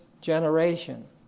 generation